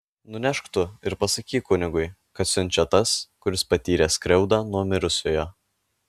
nunešk tu ir pasakyk kunigui kad siunčia tas kuris patyrė skriaudą nuo mirusiojo